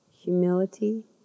humility